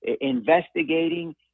investigating